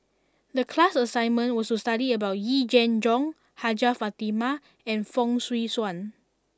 the class assignment was to study about Yee Jenn Jong Hajjah Fatimah and Fong Swee Suan